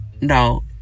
No